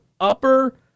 upper